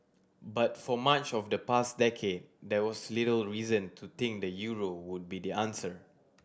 but for much of the past decade there was little reason to think the euro would be the answer